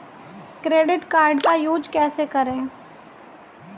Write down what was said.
Credit card का use कैसे करें?